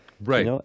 Right